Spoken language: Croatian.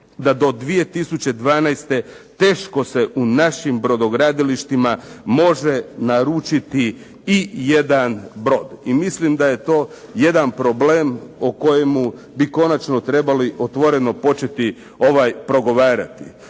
da do 2012. teško se u našim brodogradilištima može naručiti i jedan brod. I mislim da je to jedan problem o kojemu bi konačno trebali otvoreno početi progovarati.